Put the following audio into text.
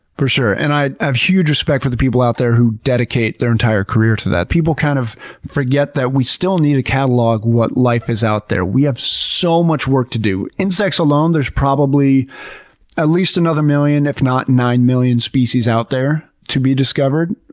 for sure. and i have huge respect for the people out there who dedicate their entire career to that. people kind of forget that we still need a catalog of what life is out there. we have so much work to do. insects alone, there's probably at least another million, if not nine million species out there to be discovered.